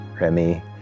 Remy